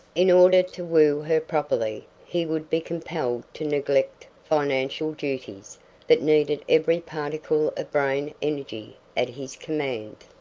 in order to woo her properly he would be compelled to neglect financial duties that needed every particle of brain-energy at his command.